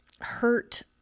hurt